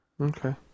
Okay